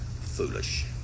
foolish